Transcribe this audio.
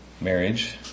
marriage